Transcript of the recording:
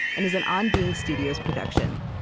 and is an on being studios production.